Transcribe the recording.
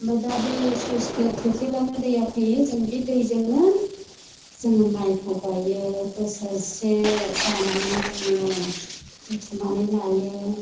ओमफ्राय दा बे स्लुइस गेट थेथेब्लानो दैया फैयो जों बे दैजोंनो जोङो माइखौ गायो बोसोरसे जानायनि जोङो बुथुमनानै लायो